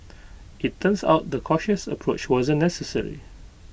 IT turns out the cautious approach wasn't necessary